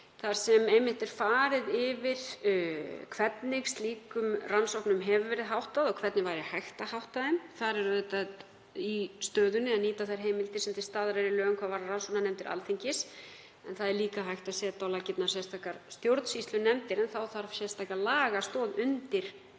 þar sem einmitt er farið yfir hvernig slíkum rannsóknum hefur verið háttað og hvernig væri hægt að hátta þeim. Það er auðvitað í stöðunni að nýta þær heimildir sem til staðar eru í lögum hvað varðar rannsóknarnefndir Alþingis. Það er líka hægt að setja á laggirnar sérstakar stjórnsýslunefndir en undir slíkar rannsóknarnefndar